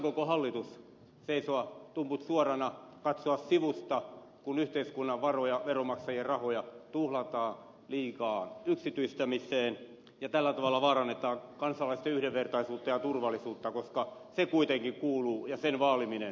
aikooko hallitus seisoa tumput suorana katsoa sivusta kun yhteiskunnan varoja veronmaksajien rahoja tuhlataan liikaa yksityistämiseen ja tällä tavalla vaarannetaan kansalaisten yhdenvertaisuutta ja turvallisuutta koska se ja sen vaaliminen kuitenkin kuuluu myöskin hallitukselle